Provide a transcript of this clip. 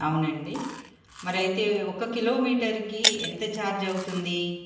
అవునండి మరైతే ఒక కిలోమీటర్కి ఎంత ఛార్జ్ అవుతుంది